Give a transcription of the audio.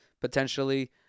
potentially